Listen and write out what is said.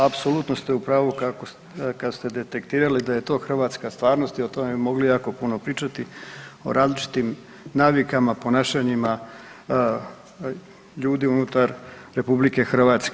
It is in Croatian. Apsolutno ste u pravu kad ste detektirali da je to hrvatska stvarnost i o tome bi mogli jako puno pričati, o različitim navikama, ponašanjima ljudi unutar RH.